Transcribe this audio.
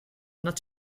not